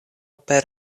per